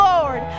Lord